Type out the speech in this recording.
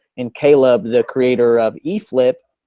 and caleb, the creator of eflip,